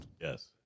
Yes